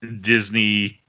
Disney